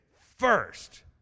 first